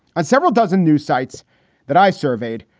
several dozen news sites that i surveyed.